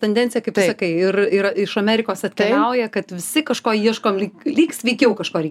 tendencija kaip tu sakai ir ir iš amerikos atkeliauja kad visi kažko ieškom lyg lyg sveikiau kažko rei